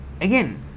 again